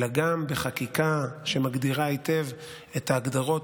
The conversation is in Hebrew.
אלא גם בחקיקה שמגדירה היטב את ההגדרות,